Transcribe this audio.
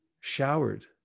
showered